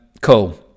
cool